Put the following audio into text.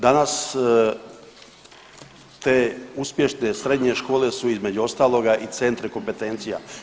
Danas te uspješne srednje škole su između ostaloga i centri kompetencija.